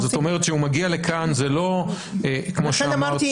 זאת אומרת שאם הוא מגיע לכאן זה לא כמו שאמרת,